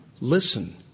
Listen